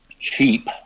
cheap